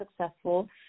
successful